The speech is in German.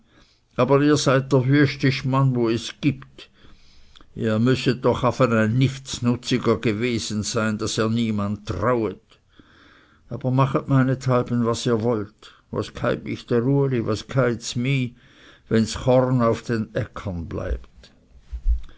aber ihr seid dr wüstest mann wo es gibt ihr müsset doch afe ein nichtsnutziger gewesen sein daß ihr niemand trauet aber machet meinethalb was ihr wollt was gheit mich dr uli und was gheits mih wenn ds korn auf den äckern bleibt